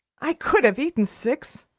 i could have eaten six.